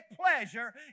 pleasure